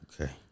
Okay